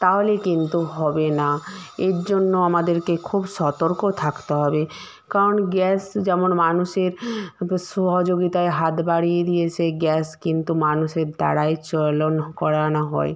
তাহলে কিন্তু হবে না এর জন্য আমাদেরকে খুব সতর্ক থাকতে হবে কারণ গ্যাস যেমন মানুষের সহযোগিতায় হাত বাড়িয়ে দিয়েছে গ্যাস কিন্তু মানুষের দ্বারাই চলন করানো হয়